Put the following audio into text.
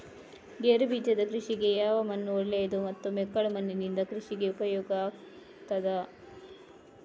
ಗೇರುಬೀಜದ ಕೃಷಿಗೆ ಯಾವ ಮಣ್ಣು ಒಳ್ಳೆಯದು ಮತ್ತು ಮೆಕ್ಕಲು ಮಣ್ಣಿನಿಂದ ಕೃಷಿಗೆ ಉಪಯೋಗ ಆಗುತ್ತದಾ?